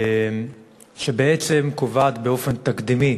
שבעצם קובעת באופן תקדימי